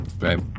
right